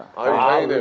i